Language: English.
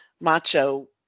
macho